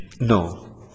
No